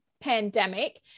pandemic